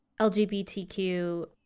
LGBTQ